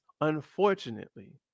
unfortunately